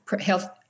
health